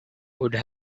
would